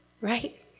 right